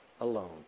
alone